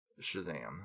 Shazam